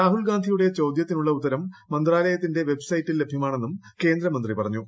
രാഹുൽ ഗാന്ധിയുടെ ചോദ്യത്തിനുള്ള ഉത്തരം മന്ത്രാലയത്തിന്റെ വെബ്സൈറ്റിൽ ലഭൃമാണെന്നും കേന്ദ്രമന്ത്രി പറഞ്ഞു